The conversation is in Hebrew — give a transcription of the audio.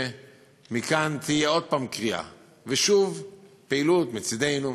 שמכאן תהיה עוד פעם קריאה ושוב פעילות מצדנו,